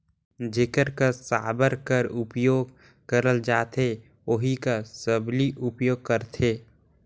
जेकर कस साबर कर उपियोग करल जाथे ओही कस सबली उपियोग करथे